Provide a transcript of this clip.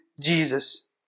Jesus